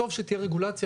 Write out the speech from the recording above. טוב שתהיה רגולציה,